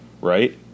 right